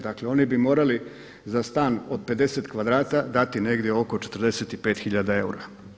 Dakle oni bi morali za stan od 50 kvadrata dati negdje oko 45 tisuća eura.